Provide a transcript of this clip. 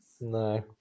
No